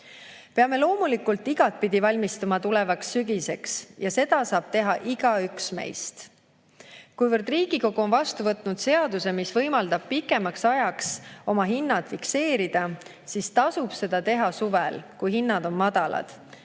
Peame loomulikult igatpidi valmistuma tulevaks sügiseks ja seda saab teha igaüks meist. Kuivõrd Riigikogu on vastu võtnud seaduse, mis võimaldab hinnad pikemaks ajaks fikseerida, tasub seda teha suvel, kui hinnad on madalad,